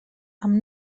amb